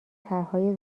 طرحهای